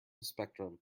spectrum